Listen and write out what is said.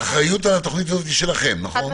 האחריות על התוכנית הזאת היא שלכם, נכון?